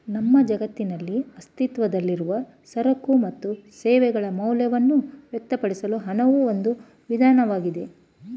ನಮ್ಮ ಜಗತ್ತಿನಲ್ಲಿ ಅಸ್ತಿತ್ವದಲ್ಲಿರುವ ಸರಕು ಮತ್ತು ಸೇವೆಗಳ ಮೌಲ್ಯವನ್ನ ವ್ಯಕ್ತಪಡಿಸಲು ಹಣವು ಒಂದು ವಿಧಾನವಾಗಿದೆ